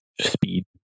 speed